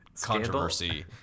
controversy